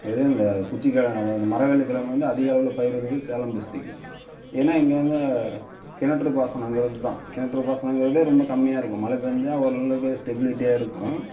அதிலியும் இந்த குச்சி கிழங்கு அதுதான் அந்த மரவள்ளி கிழங்கு வந்து அதிகளவில் பயிர் இடுவது சேலம் டிஸ்ட்ரிக்ட்டு ஏன்னால் இங்கே வந்து கிணற்று பாசனங்கிறது தான் கிணற்று பாசனங்கிறதே ரொம்ப கம்மியாக இருக்கும் மழை பெஞ்சா ஓரளவுக்கு ஸ்டெபிளிட்டியாக இருக்கும்